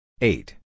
Eight